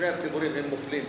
שני הציבורים מופלים,